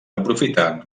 aprofitant